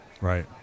Right